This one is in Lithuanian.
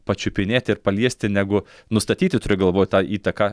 pačiupinėti ir paliesti negu nustatyti turiu galvoj tą įtaką